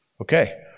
Okay